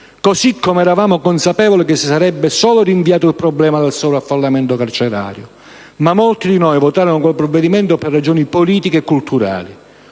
così come eravamo consapevoli che si sarebbe solo rinviato il problema del sovraffollamento carcerario, ma molti di noi votarono quel provvedimento per ragioni politiche e culturali.